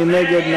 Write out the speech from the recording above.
מי נגד?